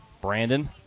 Brandon